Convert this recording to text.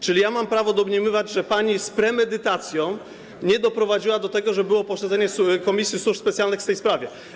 Czyli mam prawo domniemywać, że pani z premedytacją nie doprowadziła do tego, żeby było posiedzenie Komisji do Spraw Służb Specjalnych w tej sprawie.